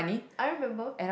I remember